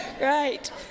right